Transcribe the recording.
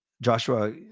Joshua